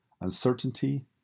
uncertainty